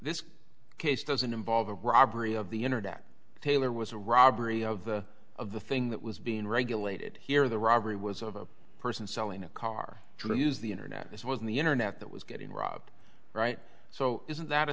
this case doesn't involve a robbery of the internet taylor was a robbery of the of the thing that was being regulated here the robbery was of a person selling a car to use the internet this was on the internet that was getting robbed right so isn't that a